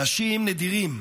אנשים נדירים,